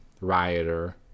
rioter